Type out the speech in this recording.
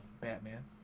batman